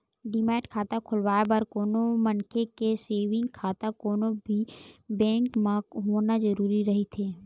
demat खाता खोलवाय बर कोनो मनखे के सेंविग खाता कोनो भी बेंक म होना जरुरी रहिथे